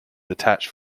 attached